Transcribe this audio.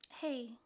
Hey